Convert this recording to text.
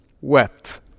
wept